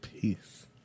peace